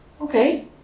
okay